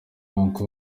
uncle